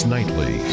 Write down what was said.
Nightly